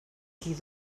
qui